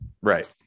right